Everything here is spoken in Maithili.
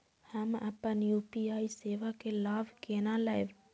हम अपन यू.पी.आई सेवा के लाभ केना लैब?